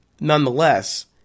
nonetheless